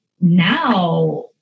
now